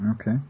Okay